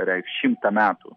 reikš šimtą metų